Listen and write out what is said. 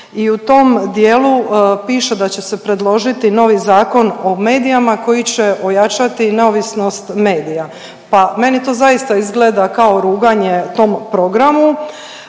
i u tom dijelu piše da će se predložiti novi Zakon o medijima koji će ojačati neovisnost medija. Pa meni to zaista izgleda kao ruganje tom programu